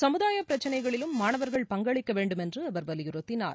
சமுதாய பிரச்சினைகளிலும் மாணவர்கள் பங்களிக்க வேண்டுமென்று அவர் வலியுறுத்தினார்